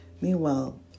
Meanwhile